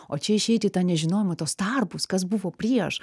o čia išeiti į tą nežinojimą tuos tarpus kas buvo prieš